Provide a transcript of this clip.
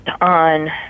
on